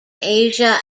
asia